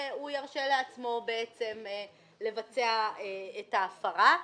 הוא ירשה לעצמו לבצע את ההפרה.